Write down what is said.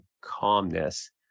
calmness